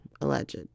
alleged